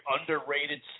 underrated